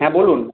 হ্যাঁ বলুন